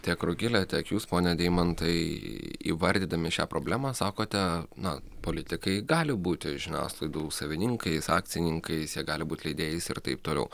tiek rugile tiek jūs pone deimantai įvardydami šią problemą sakote na politikai gali būti žiniasklaidų savininkais akcininkais jie gali būt leidėjais ir taip toliau